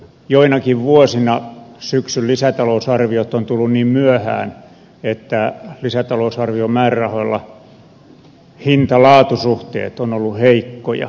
joinakin vuosina syksyn lisätalousarviot ovat tulleet niin myöhään että lisätalousarviomäärärahoilla hintalaatu suhteet ovat olleet heikkoja